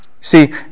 See